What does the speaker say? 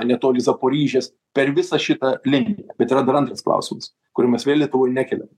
netoli zaporyžės per visą šitą liniją bet yra dar antras klausimas kurio mes vėl lietuvoj nekeliam